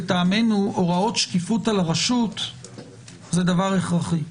לדעתנו הוראות שקיפות על הרשות הן דבר הכרחי,